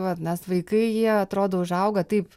vat nes vaikai jie atrodo užauga taip